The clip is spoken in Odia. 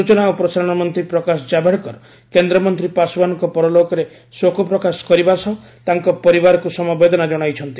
ସୂଚନା ଓ ପ୍ରସାରଣ ମନ୍ତ୍ରୀ ପ୍ରକାଶ ଜାବଡେକର କେନ୍ଦ୍ରମନ୍ତ୍ରୀ ପାଶ୍ୱାନଙ୍କ ପରଲୋକରେ ଶୋକ ପ୍ରକାଶ କରିବା ସହ ତାଙ୍କ ପରିବାରକୁ ସମବେଦନା ଜଣାଇଛନ୍ତି